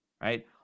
right